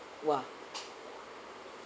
!wah!